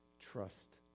Trust